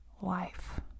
life